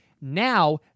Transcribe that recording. Now